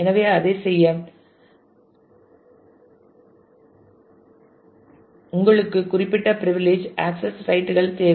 எனவே அதைச் செய்ய உங்களுக்கு குறிப்பிட்ட பிரிவிலிஜ் ஆக்சஸ் ரைட் கள் தேவை